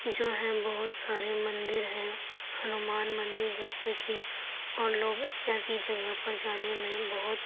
جو ہیں بہت سارے مندر ہیں ہنومان مندر جیسے کہ اور لوگ ایسی جگہ پر جانے میں بہت